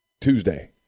Tuesday